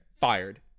fired